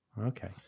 Okay